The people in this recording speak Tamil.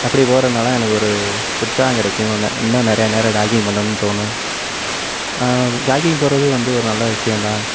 அப்படி போகிறனால எனக்கு ஒரு உற்சாகம் கிடைக்கும் ந இன்னும் நிறையா நேரம் ஜாக்கிங் பண்ணணுன்னு தோணும் ஜாக்கிங் போகிறது வந்து ஒரு நல்ல விஷயம் தான்